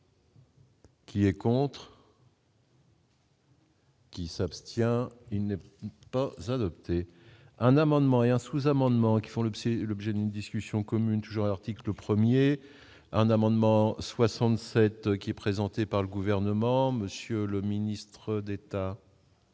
Qui est contre. Qui s'abstient, il n'est pas adopté un amendement et un sous-amendement qui font le c'est l'objet d'une discussion commune toujours article 1er un amendement 67 qui est présenté par le gouvernement, monsieur le ministre d'État.